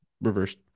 reversed